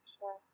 sure